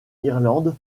ireland